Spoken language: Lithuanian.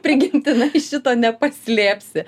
prigimtinai šito nepaslėpsi